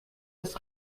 ist